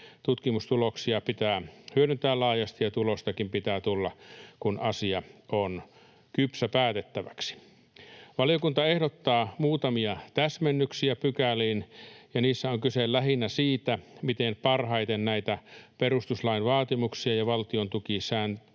Tutkimustuloksia pitää hyödyntää laajasti ja tulostakin pitää tulla, kun asia on kypsä päätettäväksi. Valiokunta ehdottaa muutamia täsmennyksiä pykäliin, ja niissä on kyse lähinnä siitä, miten parhaiten näitä perustuslain vaatimuksia ja valtiontukisääntöjen